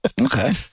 Okay